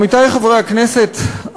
עמיתי חברי הכנסת,